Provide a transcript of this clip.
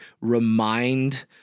remind